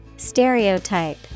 Stereotype